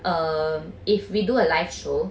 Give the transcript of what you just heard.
err if we do a live show